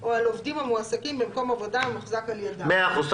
או על עובדים המועסקים במקום עבודה המוחזק על ידם: מאה אחוז.